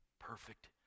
perfect